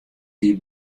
die